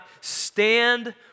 stand